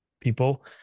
people